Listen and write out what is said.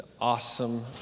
awesome